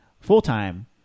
full-time